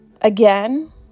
again